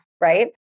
right